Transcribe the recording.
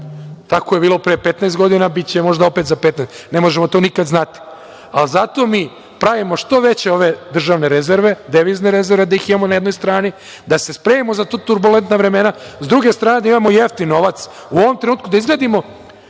Tako je bilo pre 15 godina i biće možda opet za 15. Ne možemo to nikada znati. Ali, zato mi pravimo što veće državne rezerve, devizne rezerve da ih imamo na jednoj strani, da se spremimo za ta turbulentna vremena, a sa druge strane da imamo jeftin novac. U ovom trenutku da izgradimo